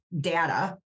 data